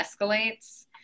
escalates